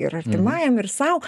ir artimajam ir sau